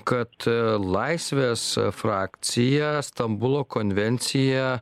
kad laisvės frakcija stambulo konvencija